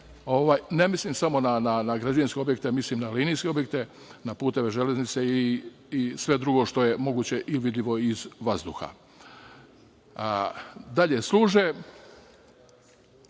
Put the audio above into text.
Ne mislim samo na građevinske objekte, mislim i na linijske objekte, na puteve, železnice i sve drugo što je moguće vidljivo iz vazduha. Dalje, služe